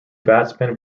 batsmen